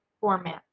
format